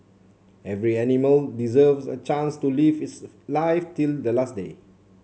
every animal deserves a chance to lives its life till the last day